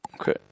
Okay